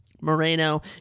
Moreno